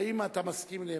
האם אתה מסכים לעמדתי?